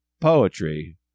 poetry